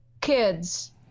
kids